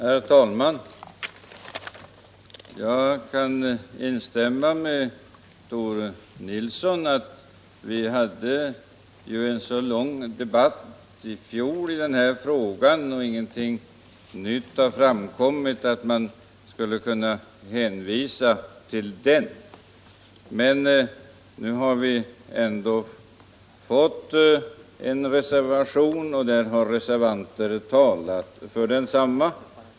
Herr talman! Jag kan instämma när Tore Nilsson säger att vi hade en lång debatt i fjol i denna fråga, att ingenting nytt har framkommit och att man skulle kunna hänvisa till den debatten. Men nu har vi ju fått en reservation, och reservanter har talat för densamma.